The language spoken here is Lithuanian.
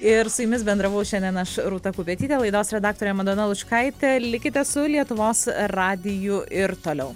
ir su jumis bendravau šiandien aš rūta kupetytė laidos redaktorė madona lučkaitė likite su lietuvos radiju ir toliau